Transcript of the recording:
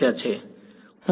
વિદ્યાર્થી